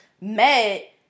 met